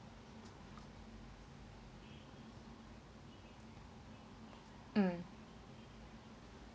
mm